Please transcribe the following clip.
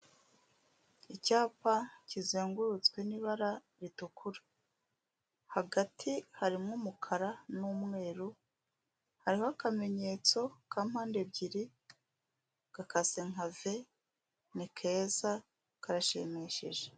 Icyapa kizengurutswe n'ibara ritukura, hagati harimo umukara n'umweru, hariho akamenyetso ka mpande ebyiri, gakase nka ve, ni keza karashimishije.